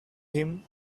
him